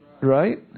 Right